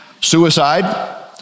Suicide